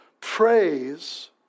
praise